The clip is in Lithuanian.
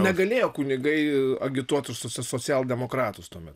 negalėjo kunigai agituoti už socialdemokratus tuomet